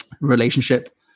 relationship